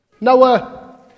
Noah